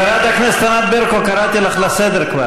חברת הכנסת ענת ברקו, כבר קראתי אותך לסדר.